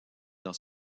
dans